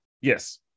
Yes